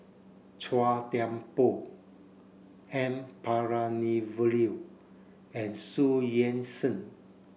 Chua Thian Poh N Palanivelu and Xu Yuan Zhen